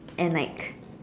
and like